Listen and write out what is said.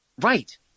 Right